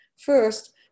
First